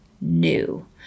new